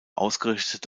ausgerichtet